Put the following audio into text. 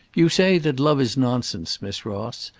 you say that love is nonsense, miss ross.